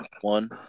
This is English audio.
one